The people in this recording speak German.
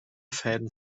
fäden